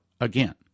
again